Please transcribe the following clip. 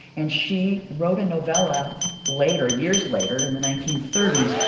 and she wrote a novella later, years later in the nineteen thirty s,